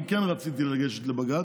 אני כן רציתי לגשת לבג"ץ,